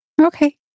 Okay